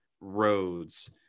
roads